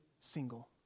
single